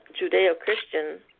Judeo-Christian